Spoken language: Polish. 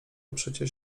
przecież